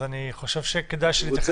אז אני חושב שכדאי שתתייחס ספציפית.